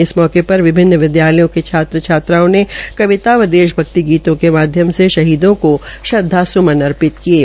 इस मौके पर विभिन्न विद्यालयों के छात्र छात्राओं ने कविता व देश भक्ति गीतों के माध्यम से शहीदों को श्रद्वास्मन अर्पित किये